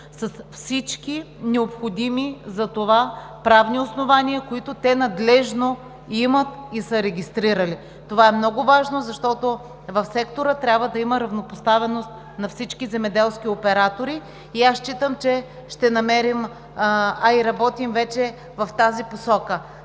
с всички необходими за това правни основания, които те надлежно имат и са регистрирали. Това е много важно, защото в сектора трябва да има равнопоставеност на всички земеделски оператори. Считам, че ще намерим, а и работим вече в тази посока…